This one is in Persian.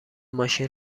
ماشین